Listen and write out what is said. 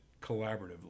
collaboratively